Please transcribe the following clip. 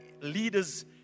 leaders